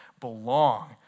belong